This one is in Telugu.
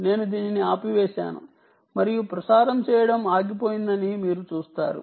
నేను దీనిని ఆపివేసాను మరియు ప్రసారం చేయటం ఆగిపోయిందని మీరు చూస్తారు